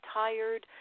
tired